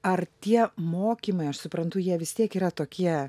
ar tie mokymai aš suprantu jie vis tiek yra tokie